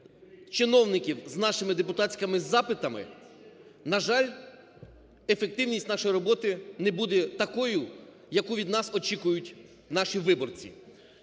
чиновників з нашими депутатськими запитами, на жаль, ефективність нашої роботи не буде такою, яку від нас очікують наші виборці.